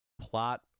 plot